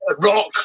rock